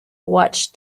watched